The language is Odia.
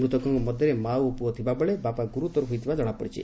ମୃତକଙ୍କ ମଧରେ ମା ଓ ପୁଅ ଥିବାବେଳେ ବାପା ଗୁରୁତର ହୋଇଥିବା କଣାପଡିଛି